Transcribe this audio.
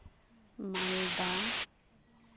ᱢᱟᱞᱫᱟ